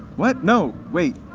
what, no, wait.